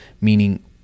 meaning